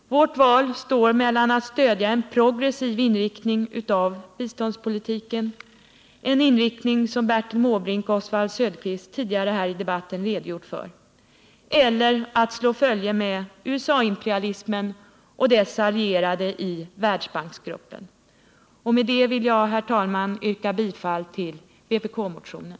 Vårt mål står mellan att stödja en progressiv inriktning av biståndspolitiken, en inriktning som Bertil Måbrink och Oswald Söderqvist har redogjort för tidigare i debatten, och att slå följe med USA-imperialismen och dess allierade i Världsbanksgruppen. Med det sagda vill jag, herr talman, yrka bifall till vpk-motionen.